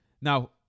Now